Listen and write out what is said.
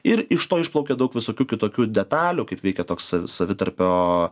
ir iš to išplaukia daug visokių kitokių detalių kaip veikia toks savitarpio